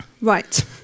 right